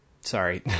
sorry